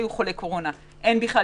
חוזרת.